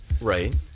Right